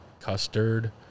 custard